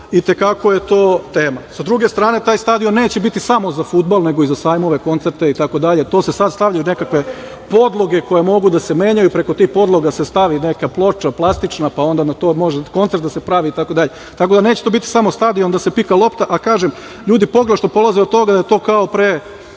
i te kako je to tema.S druge strane, taj stadion neće biti samo za fudbal, nego i za sajmove, koncerte itd. Tu se sada stavljaju neke podloge koje mogu da se menjaju. Preko tih podloga se stavi neka ploča plastična, pa na to može koncert da se pravi itd, tako da to neće biti samo stadion da se pika lopta, a kažem ljudi pogrešno polaze od toga da je to pre